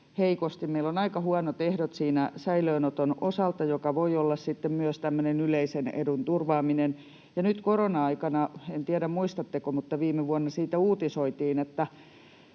Meillä on aika huonot ehdot siinä säilöönoton osalta, joka voi olla sitten myös tämmöistä yleisen edun turvaamista. Nyt korona-aikana — en tiedä, muistatteko, mutta viime vuonna siitä uutisoitiin —